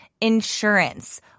insurance